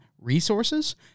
resources